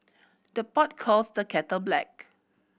the pot calls the kettle black